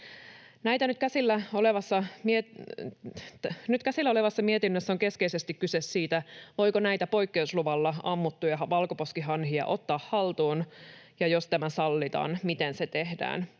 Nyt käsillä olevassa mietinnössä on keskeisesti kyse siitä, voiko näitä poikkeusluvalla ammuttuja valkoposkihanhia ottaa haltuun, ja jos tämä sallitaan, miten se tehdään.